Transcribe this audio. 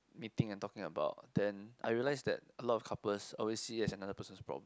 meeting and talking about then I realised a lot of couples always see it as another person's problem